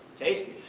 tasty